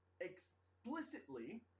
explicitly